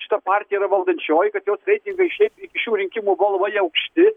šita partija yra valdančioji kad jos reitingai šiaip iki šių rinkimų buvo labai aukšti